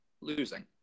losing